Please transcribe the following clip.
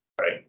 Right